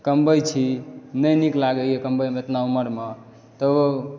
कमबै छी नै नीक लागैए कमबैमे एतना उमरमे तऽ ओ